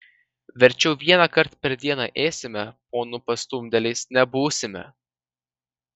verčiau vienąkart per dieną ėsime ponų pastumdėliais nebūsime